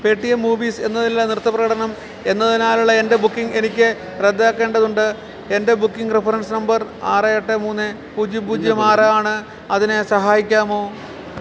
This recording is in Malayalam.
പേടിഎം മൂവീസ് എന്നതിലെ നൃത്ത പ്രകടനം എന്നതിനായുള്ള എൻ്റെ ബുക്കിംഗ് എനിക്ക് റദ്ദാക്കേണ്ടതുണ്ട് എൻ്റെ ബുക്കിംഗ് റഫറൻസ് നമ്പർ ആറ് എട്ട് മൂന്ന് പൂജ്യം പൂജ്യം ആറ് ആണ് അതിന് സഹായിക്കാമോ